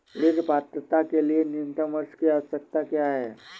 ऋण पात्रता के लिए न्यूनतम वर्ष की आवश्यकता क्या है?